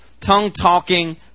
tongue-talking